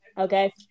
Okay